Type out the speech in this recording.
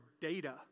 data